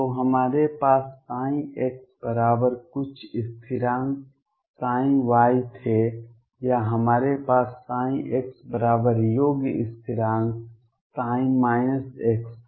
तो हमारे पास x बराबर कुछ स्थिरांक y थे या हमारे पास x बराबर योग स्थिरांक x था